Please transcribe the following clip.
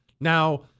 Now